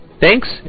Thanks